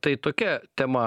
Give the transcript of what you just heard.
tai tokia tema